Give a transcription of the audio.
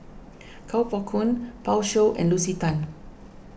Kuo Pao Kun Pan Shou and Lucy Tan